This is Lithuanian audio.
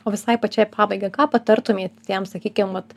o visai pačiai pabaigai ką patartumėt tiems sakykim vat